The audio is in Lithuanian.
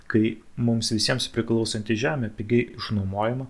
kai mums visiems priklausanti žemė pigiai išnuomojama